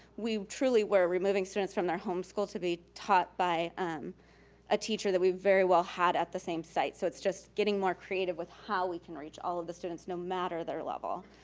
we truly were removing students from their home school to be taught by a teacher that we very well had at the same site. so it's just getting more creative with how we can reach all of the students, no matter their level.